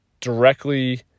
directly